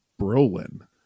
brolin